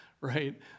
Right